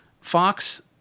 Fox